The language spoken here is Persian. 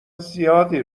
زیادی